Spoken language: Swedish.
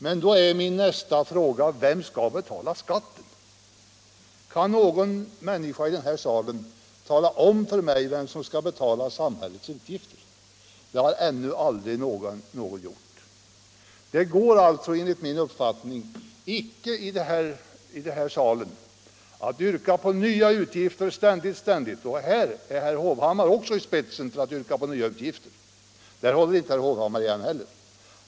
Men då är min nästa fråga: Vem skall betala skatten? Kan någon människa i den här salen tala om för mig vem som skall betala samhällets utgifter? Det har ännu aldrig någon gjort. Det går alltså enligt min uppfattning icke att ständigt yrka på nya utgifter — och inte heller herr Hovhammar håller igen därvidlag.